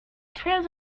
trails